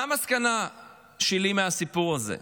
מה המסקנה שלי מהסיפור הזה?